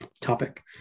topic